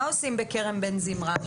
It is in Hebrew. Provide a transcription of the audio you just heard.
מה עושים בכרם בן זמרה?